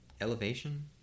Elevation